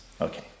Okay